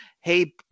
hey